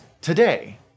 today